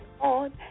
on